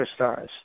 superstars